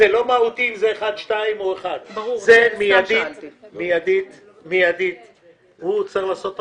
זה אומר שהוא מיידית צריך לעשות הפחתות,